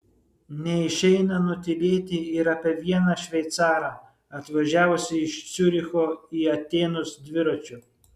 neišeina nutylėti ir apie vieną šveicarą atvažiavusį iš ciuricho į atėnus dviračiu